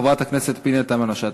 חברת הכנסת פנינה תמנו-שטה,